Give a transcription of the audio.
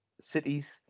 cities